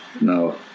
No